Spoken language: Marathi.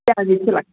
द्यावीच लागते